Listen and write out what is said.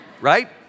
right